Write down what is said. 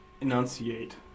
enunciate